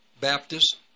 Baptists